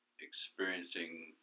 experiencing